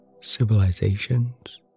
civilizations